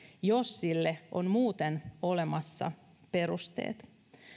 jos sille on muuten olemassa perusteet